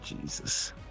Jesus